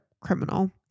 criminal